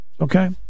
Okay